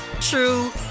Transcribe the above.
true